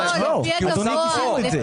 לא, לא, לא, כיסינו את זה.